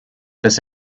this